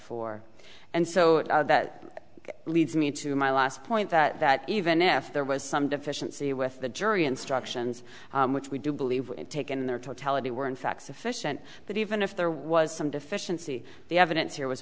four and so that leads me to my last point that even if there was some deficiency with the jury instructions which we do believe taken in their totality were in fact sufficient but even if there was some deficiency the evidence here was